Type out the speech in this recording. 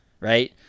right –